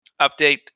update